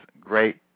great